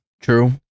True